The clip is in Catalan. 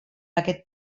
aquest